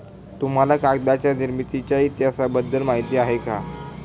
तुम्हाला कागदाच्या निर्मितीच्या इतिहासाबद्दल माहिती आहे का?